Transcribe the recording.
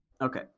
Okay